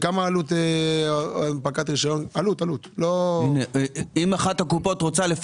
עלות הנפקת רשיון?